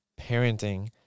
parenting